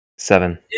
Seven